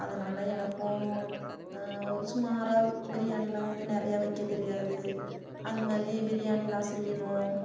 அதனால எனக்கும் சுமாராக பிரியாணியெலாம் வந்து நிறையா வைக்க தெரியாது அதுமாதிரி பிரியாணியெலாம் செய்யணும்